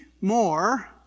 more